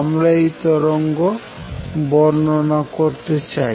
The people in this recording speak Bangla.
আমরা এই তরঙ্গের বর্ণনা করতে চাই